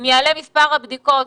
אם יעלה מספר הבדיקות,